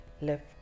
left